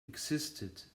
existed